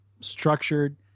structured